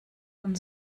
von